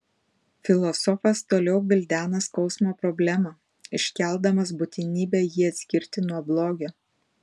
filosofas toliau gvildena skausmo problemą iškeldamas būtinybę jį atskirti nuo blogio